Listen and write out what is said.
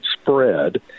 spread